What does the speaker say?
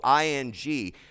ing